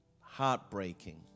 heartbreaking